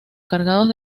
cargados